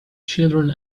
children